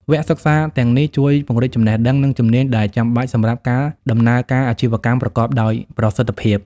វគ្គសិក្សាទាំងនេះជួយពង្រីកចំណេះដឹង និងជំនាញដែលចាំបាច់សម្រាប់ការដំណើរការអាជីវកម្មប្រកបដោយប្រសិទ្ធភាព។